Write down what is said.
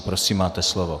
Prosím máte slovo.